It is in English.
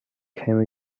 came